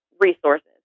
resources